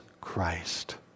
Christ